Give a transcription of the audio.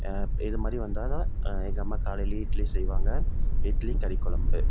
இது மாதிரி வந்தால்தான் எங்கள் அம்மா காலையில் இட்லி செய்வாங்க இட்லி கறிக்கொழம்பு